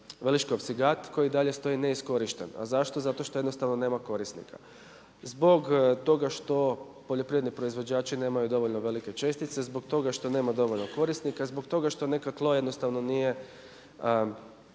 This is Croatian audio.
Veliškovci-Gat koji i dalje stoji neiskorišten. A zašto? Zato što jednostavno nema korisnika zbog toga što poljoprivredni proizvođači nemaju dovoljno velike čestice, zbog toga što nema dovoljno korisnika, zbog toga što nekada tlo jednostavno nije